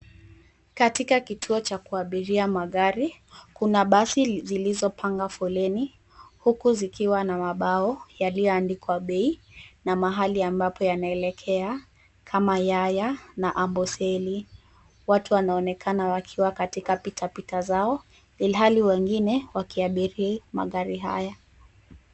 Katika kituo cha kuabiria magari kuna basi zilizopanga foleni huku zikiwa na mabao yaliyoandikwa bei na mahali ambapo yanaelekea kama Yaya na Amboseli. Watu wanaonekana wakiwa katika pita pita zao ilhali wengine wakiabiri magari haya.